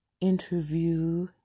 interview